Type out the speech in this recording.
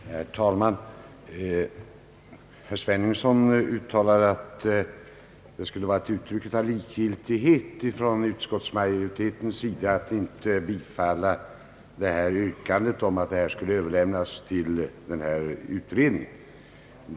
Herr talman! Herr Svenungsson uttalar att det skulle vara ett uttryck för likgiltighet från utskottsmajoritetens sida att inte bifalla yrkandet om överlämnande av motionerna till den utredning det här gäller.